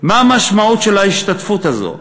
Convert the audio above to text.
מה המשמעות של ההשתתפות הזאת?